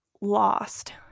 lost